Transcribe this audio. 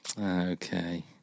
Okay